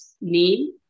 name